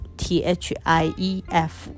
thief